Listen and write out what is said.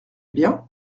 bien